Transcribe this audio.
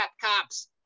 cops